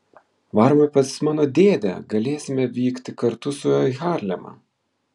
varome pas mano dėdę galėsime vykti kartu su juo į harlemą